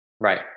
Right